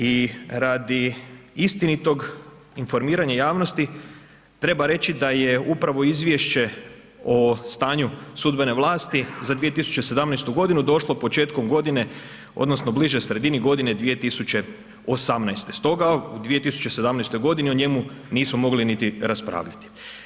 I radi istinitog informiranja javnosti treba reći da je upravo izvješće o stanju sudbene vlasti za 2017. došlo početkom godine odnosno bliže sredini godine 2018., stoga za 2017. godini o njemu nismo mogli niti raspravljati.